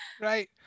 right